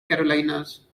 carolinas